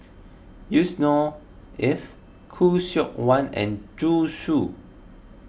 Yusnor Ef Khoo Seok Wan and Zhu Xu